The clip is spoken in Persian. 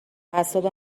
اعصابم